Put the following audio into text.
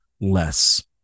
less